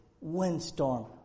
windstorm